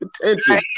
potential